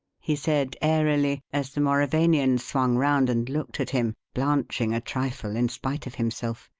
he said airily, as the mauravanian swung round and looked at him, blanching a trifle in spite of himself.